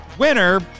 Winner